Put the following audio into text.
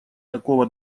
такого